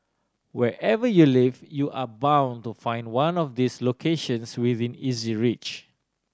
wherever you live you are bound to find one of these locations within easy reach